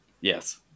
Yes